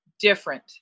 different